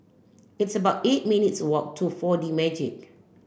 it's about eight minutes walk to four D Magix